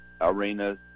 arenas